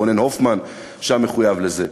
רונן הופמן שם מחויב לזה,